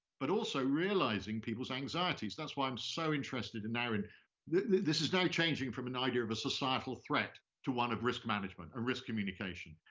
but also realizing people's anxieties. that's why i'm so interested and now in, this is now changing from an idea of a societal threat to one of risk management or risk communication.